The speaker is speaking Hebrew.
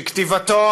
שכתיבתו,